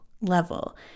level